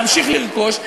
להמשיך לרכוש,